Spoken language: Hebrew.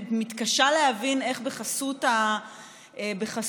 אני מתקשה להבין איך בחסות החוק,